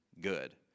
good